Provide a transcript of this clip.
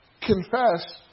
confess